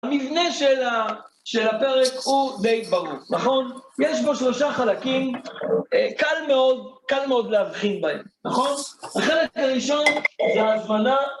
המבנה של הפרק הוא די ברור, נכון? יש בו שלושה חלקים, קל מאוד להבחין בהם, נכון? החלק הראשון זה ההזמנה.